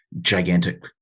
gigantic